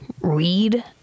read